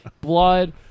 blood